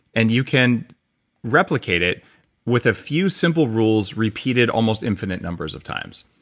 and you can replicate it with a few simple rules repeated almost infinite numbers of times.